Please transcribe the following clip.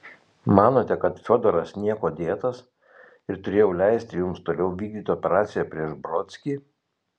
manote kad fiodoras niekuo dėtas ir turėjau leisti jums toliau vykdyti operaciją prieš brodskį